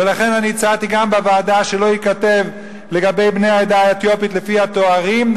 ולכן אני גם הצעתי בוועדה שלא ייכתב לגבי בני העדה האתיופית לפי התארים,